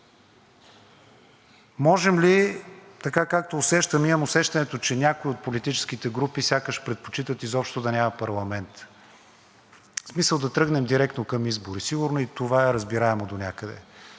Може ли, така, както усещам, имам усещането, че някои от политическите групи сякаш предпочитат изобщо да няма парламент, в смисъл да тръгнем директно към избори. Сигурно и това е разбираемо донякъде,